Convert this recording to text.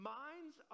minds